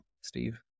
Steve